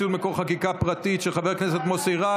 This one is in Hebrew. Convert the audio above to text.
ציון מקור חקיקה פרטית) של חבר הכנסת מוסי רז,